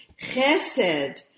chesed